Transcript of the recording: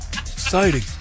exciting